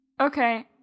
okay